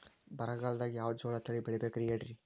ಬರಗಾಲದಾಗ್ ಯಾವ ಜೋಳ ತಳಿ ಬೆಳಿಬೇಕ ಹೇಳ್ರಿ?